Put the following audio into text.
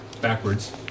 backwards